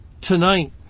tonight